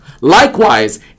Likewise